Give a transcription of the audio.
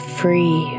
free